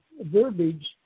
verbiage